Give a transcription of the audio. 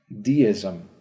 deism